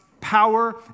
power